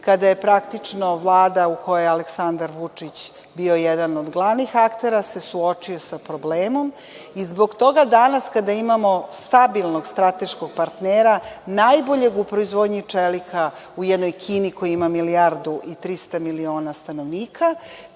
kada je praktično Vlada u kojoj je Aleksandar Vučić bio jedan od glavnih aktera, suočio se sa problemom i zbog toga danas kada imamo stabilnog strateškog partnera, najboljeg u proizvodnji čelika u jednoj Kini koja ima milijardu i 300 miliona stanovnika,